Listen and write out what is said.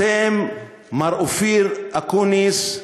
אתם, מר אופיר אקוניס,